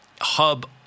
hub